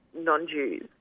non-Jews